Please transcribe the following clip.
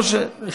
אין צורך.